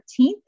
13th